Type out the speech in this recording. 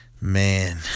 man